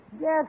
Yes